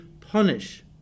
punish